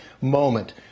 moment